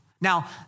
Now